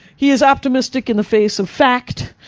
he is optimistic in the face of fact,